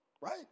right